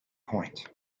point